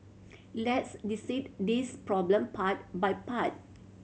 let's dissect this problem part by part